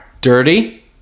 Dirty